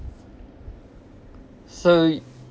so